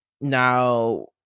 now